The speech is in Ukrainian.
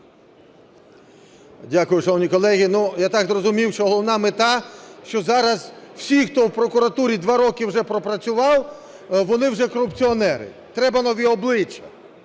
Дякую. Шановні колеги, я так зрозумів, що головна мета, що зараз усі, хто в прокуратурі два роки вже пропрацював, вони вже корупціонери, треба нові обличчя.